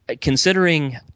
considering